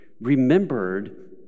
remembered